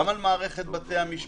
גם על מערכת בתי המשפט,